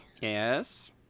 Yes